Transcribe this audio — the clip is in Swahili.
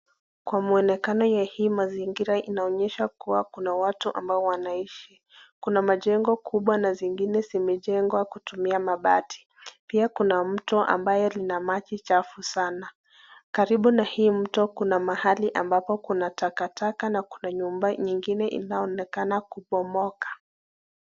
Kwa muonekano ya hii mazingira inaonyesha kuwa kuna watu ambao wanaishi. Kuna majengo kubwa na zingine zimejengwa kutumia mabati pia kuna mto ambayo lina maji chafu sana. Karibu na hii mto kuna mahali ambapo kuna takataka na kuna nyumba ingine inaonekana kubomoka.